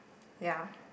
ya